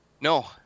No